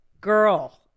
girl